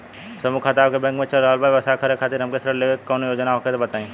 समूह खाता आपके बैंक मे चल रहल बा ब्यवसाय करे खातिर हमे ऋण लेवे के कौनो योजना होखे त बताई?